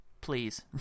Please